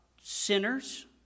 sinners